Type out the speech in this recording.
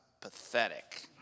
pathetic